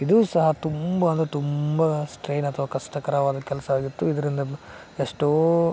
ಇದೂ ಸಹ ತುಂಬ ಅಂದರೆ ತುಂಬ ಸ್ಟ್ರೈನ್ ಅಥವಾ ಕಷ್ಟಕರವಾದ ಕೆಲಸ ಆಗಿತ್ತು ಇದರಿಂದ ಎಷ್ಟೋ